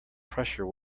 pressure